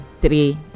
three